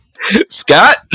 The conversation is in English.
Scott